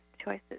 choices